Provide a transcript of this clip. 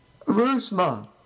Rusma